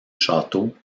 château